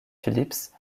phillips